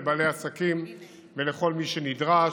לבעלי עסקים ולכל מי שנדרש,